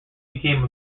became